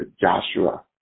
joshua